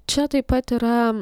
čia taip pat yra